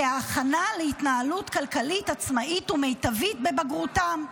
כהכנה להתנהלות כלכלית עצמאית ומיטבית בבגרותם.